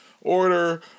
order